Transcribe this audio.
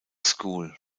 school